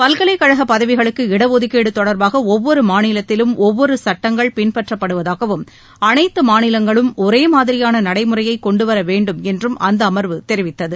பல்கலைக் கழக பதவிகளுக்கு இடஒதுக்கீடு தொடர்பாக ஒவ்வொரு மாநிலத்திலும் ஒவ்வொரு சட்டங்கள் பின்பற்றப்படுவதாகவும் அனைத்து மாநிலங்களுக்கும் ஒரே மாதிரியான நடைமுறையை கொண்டு வர வேண்டும் என்றும் அந்த அமர்வு தெரிவித்தது